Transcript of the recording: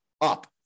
up